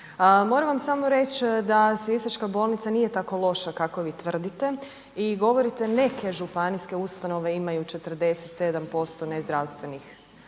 moram vam samo reći da sisačka bolnica nije tako loša kako vi tvrdite i govorite neke županijske ustanove imaju 47% nezdravstvenih